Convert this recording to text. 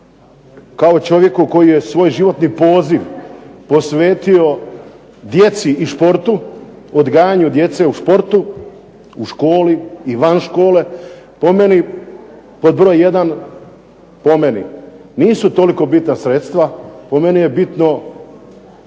kao čovjeku koji je svoj životni poziv posvetio djeci i sportu, odgajanju djece u sortu, u školi i van škole, po meni pod broj 1, po meni, nisu toliko bitna sredstva, po meni je bitno